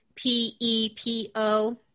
P-E-P-O